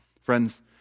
Friends